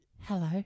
Hello